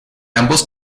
ambos